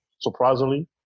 surprisingly